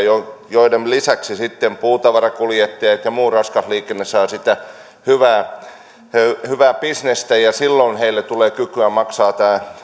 joiden lisäksi sitten puutavaran kuljettajat ja muu raskas liikenne saavat siitä hyvää bisnestä silloin heille tulee kykyä maksaa